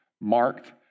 marked